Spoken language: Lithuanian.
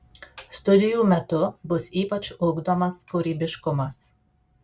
studijų metu bus ypač ugdomas kūrybiškumas